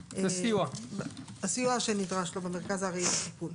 בסיוע שנדרש לו במרכז הארעי לטיפול.